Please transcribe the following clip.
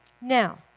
Now